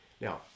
now